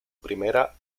primera